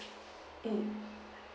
mm